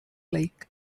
like